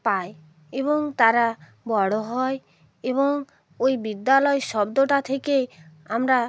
পায় এবং তারা বড় হয় এবং ওই বিদ্যালয় শব্দটা থেকেই আমরা